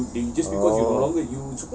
oh